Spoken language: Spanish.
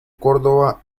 córdova